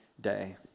day